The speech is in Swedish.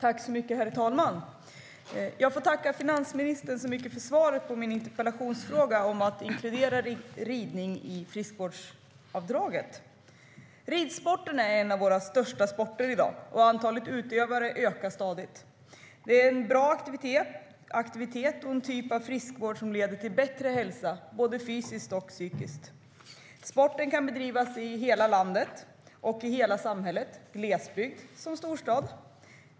Herr talman! Jag får tacka finansministern så mycket för svaret på min interpellation om att inkludera ridning i friskvårdsavdraget. Ridsporten är i dag en av våra största sporter, och antalet utövare ökar stadigt. Det är en bra aktivitet och en typ av friskvård som leder till bättre hälsa, både psykiskt och fysiskt. Sporten kan bedrivas i hela landet och i hela samhället, såväl i glesbygd som i storstad.